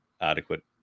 adequate